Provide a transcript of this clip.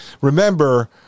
remember